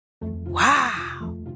Wow